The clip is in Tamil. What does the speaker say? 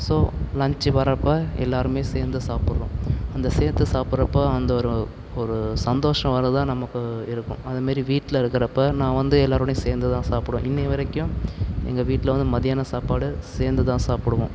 ஸோ லன்ச் வரப்போ எல்லோருமே சேர்ந்து சாப்பிடுறோம் அந்த சேர்ந்து சாப்பிடுறப்ப அந்த ஒரு ஒரு சந்தோஷம் வரதை நமக்கு இருக்கும் அதுமாரி வீட்டில் இருக்கிறப்ப நான் வந்து எல்லாரோடையும் சேர்ந்துதான் சாப்பிடுவேன் இன்று வரைக்கும் எங்கள் வீட்டில் வந்து மத்தியான சாப்பாடு சேர்ந்துதான் சாப்பிடுவோம்